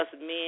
men